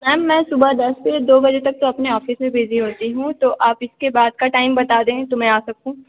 sir मैं सुबह दस से दो बजे तक तो अपने ऑफ़िस में बिज़ी होती हूँ तो आप इसके बाद का टाइम बता दें तो मैं आ सकूँ